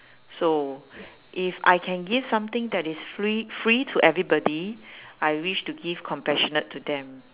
so if I can give something that is free free to everybody I wish to give compassionate to them